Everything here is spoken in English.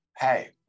hey